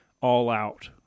all-out